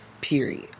Period